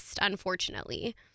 unfortunately